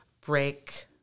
break